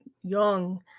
young